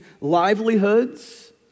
livelihoods